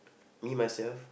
me myself